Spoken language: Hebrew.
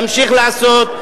תמשיך לעשות.